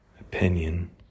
Opinion